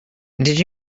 did